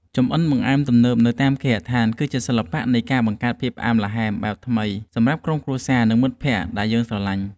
ចម្អិនបង្អែមទំនើបនៅតាមគេហដ្ឋាន គឺជាសិល្បៈនៃការបង្កើតភាពផ្អែមល្ហែមបែបថ្មីសម្រាប់ក្រុមគ្រួសារ និងមិត្តភក្តិដែលយើងស្រឡាញ់។